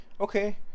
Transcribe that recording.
Okay